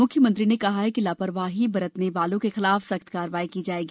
म्ख्यमंत्री ने कहा है कि लापरवाही बरतने वालों के खिलाफ सख्त कार्रवाई की जाएगी